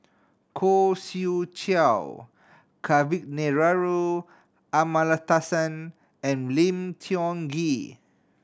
Khoo Swee Chiow Kavignareru Amallathasan and Lim Tiong Ghee